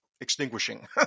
extinguishing